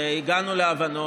והגענו להבנות.